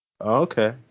Okay